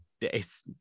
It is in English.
days